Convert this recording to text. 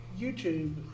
YouTube